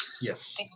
Yes